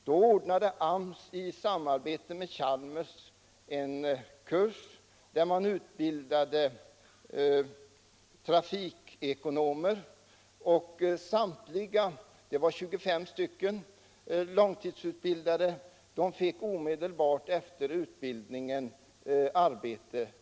Då ordnade AMS i samarbete med Chalmers en kurs i vilken man utbildade transportekonomer. Samtliga långtidsutbildade, 25 personer, fick arbete omedelbart efter utbildningen.